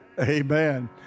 Amen